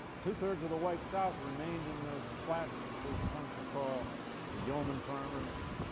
two-thirds of the white south remained in those classes we've come to call the yeoman farmers,